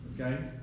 Okay